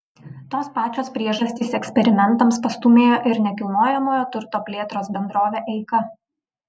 tos pačios priežastys eksperimentams pastūmėjo ir nekilnojamojo turto plėtros bendrovę eika